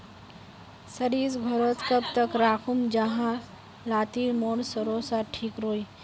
सरिस घोरोत कब तक राखुम जाहा लात्तिर मोर सरोसा ठिक रुई?